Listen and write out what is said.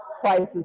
prices